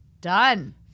Done